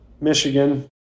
Michigan